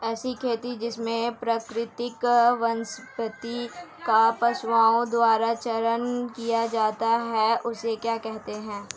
ऐसी खेती जिसमें प्राकृतिक वनस्पति का पशुओं द्वारा चारण किया जाता है उसे क्या कहते हैं?